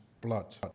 blood